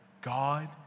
God